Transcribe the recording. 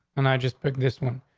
and i just picked this one.